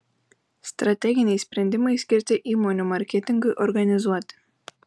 strateginiai sprendimai skirti įmonių marketingui organizuoti